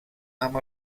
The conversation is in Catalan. amb